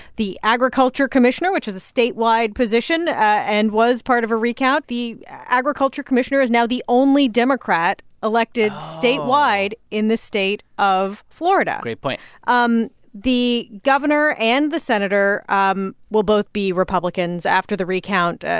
the agriculture commissioner, which is a statewide position and was part of a recount the agriculture commissioner is now the only democrat elected statewide in the state of florida oh, great point um the governor and the senator um will both be republicans after the recount. ah